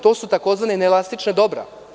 To su tzv. neelastična dobra.